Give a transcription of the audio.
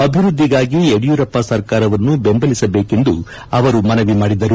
ಅಭಿವೃದ್ಧಿಗಾಗಿ ಯಡಿಯೂರಪ್ಪ ಸರ್ಕಾರವನ್ನು ಬೆಂಬಲಿಸಬೇಕೆಂದು ಅವರು ಮನವಿ ಮಾಡಿದರು